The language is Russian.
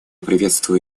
приветствую